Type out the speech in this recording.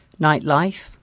nightlife